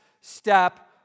step